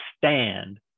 stand